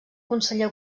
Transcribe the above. conseller